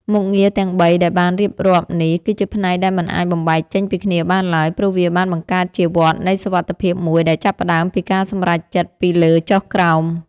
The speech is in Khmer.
មុខងារទាំងបីដែលបានរៀបរាប់នេះ គឺជាផ្នែកដែលមិនអាចបំបែកចេញពីគ្នាបានឡើយ ព្រោះវាបានបង្កើតជាវដ្តនៃសុវត្ថិភាពមួយដែលចាប់ផ្ដើមពីការសម្រេចចិត្តពីលើចុះក្រោម។